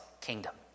kingdom